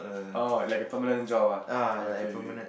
oh like a permanent job ah okay okay